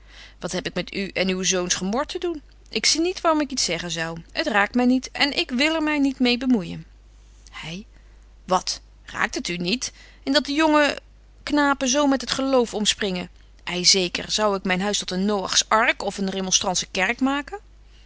wat heb ik met uw en uw zoons gemor te doen ik zie niet waarom ik iets zeggen zou t raakt my niet en ik wil my er niet meê bemoeijen betje wolff en aagje deken historie van mejuffrouw sara burgerhart hy wat raakt het u niet en dat de jongen knapen zo met het geloof omspringen ei zeker zou ik myn huis tot een noachs ark of een remonstrantsche kerk maken